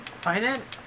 Finance